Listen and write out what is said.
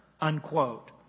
Unquote